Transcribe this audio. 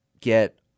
get